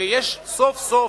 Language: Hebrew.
ויש סוף-סוף,